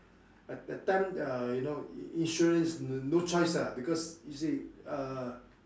at that time uh you know insurance no choice lah because you see uh